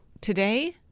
today